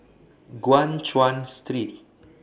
Guan Chuan Street